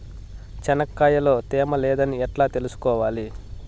చెనక్కాయ లో తేమ లేదని ఎట్లా తెలుసుకోవాలి?